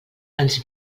ens